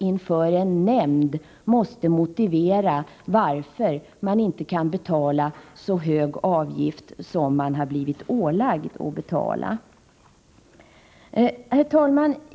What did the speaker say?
Inför en nämnd måste man motivera varför man inte kan betala så hög avgift som man ålagts att betala. Herr talman!